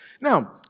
Now